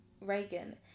reagan